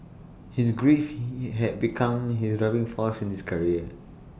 his grief he had become his driving force in his career